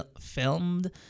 filmed